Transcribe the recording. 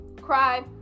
cry